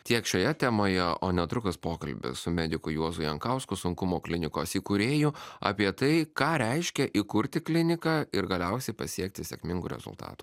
tiek šioje temoje o netrukus pokalbis su mediku juozu jankausku sunkumų klinikos įkūrėju apie tai ką reiškia įkurti kliniką ir galiausiai pasiekti sėkmingų rezultatų